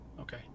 Okay